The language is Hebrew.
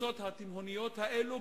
לקבוצות התימהוניות האלו,